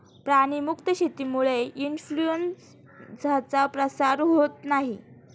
प्राणी मुक्त शेतीमुळे इन्फ्लूएन्झाचा प्रसार होत नाही